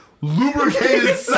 Lubricated